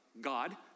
God